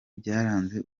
byaranze